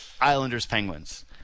Islanders-Penguins